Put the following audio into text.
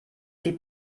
sieht